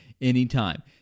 anytime